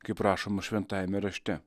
kaip rašoma šventajame rašte